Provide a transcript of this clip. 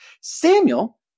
Samuel